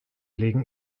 legen